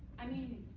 i mean,